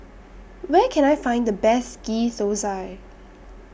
Where Can I Find The Best Ghee Thosai